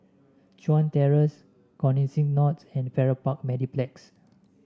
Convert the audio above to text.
Chuan Terrace Connexis North and Farrer Park Mediplex